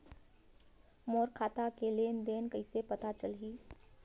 मोर खाता के लेन देन कइसे पता चलही?